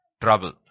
Trouble